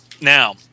Now